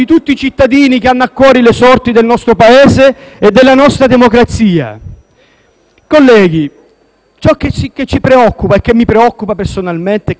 Colleghi, ciò che ci preoccupa, che mi preoccupa personalmente e che preoccupa gli italiani, non è il provvedimento che portate in Aula: